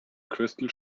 crystal